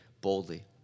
boldly